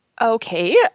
Okay